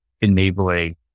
enabling